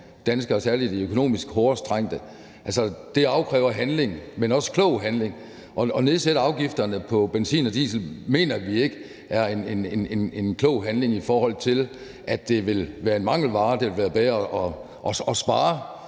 danskere, særlig de økonomisk hårdest trængte, handling, men også klog handling. At nedsætte afgifterne på benzin og diesel mener vi ikke er en klog handling, i forhold til at det vil være en mangelvare. Det ville være bedre at spare